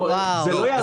זה לא יעזור לך.